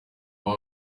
papa